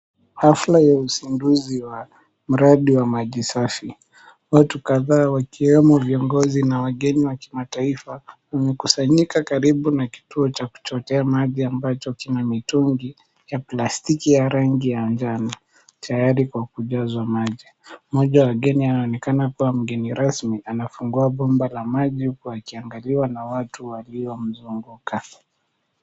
Hafla ya uzinduzi wa mradi wa maji safi. Watu kadhaa wakiwemo viongozi na wageni wa kimataifa wamekusanyika karibu na kituo cha kuchotea maji ambacho kina mitungi ya plastiki ya rangi ya njano tayari kwa kujazwa maji. Mmoja wa wageni anaonekana kuwa mgeni rasmi anafungua bomba la maji huku akiangaliwa na watu waliomzunguka.